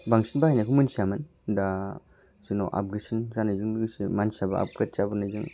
बांसिन बाहायनायखौ मोनथियामोन दा जोंनाव आपग्रेडसन जानायजों लोगोसे मानसियाबो आपग्रेड जाबोनायजों